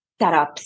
setups